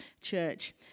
church